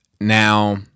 Now